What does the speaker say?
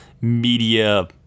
media